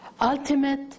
ultimate